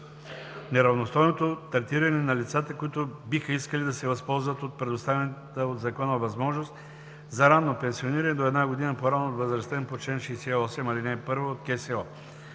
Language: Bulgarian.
неравностойното третиране на лицата, които биха искали да се възползват от предоставената от закона възможност за ранно пенсиониране до една година по-рано от възрастта им по чл. 68, ал. 1 от КСО;